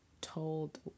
told